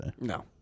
no